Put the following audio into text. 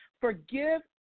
forgive